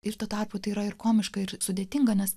ir tuo tarpu tai yra ir komiška ir sudėtinga nes